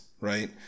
Right